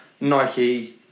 Nike